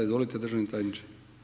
Izvolite državni tajniče.